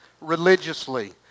religiously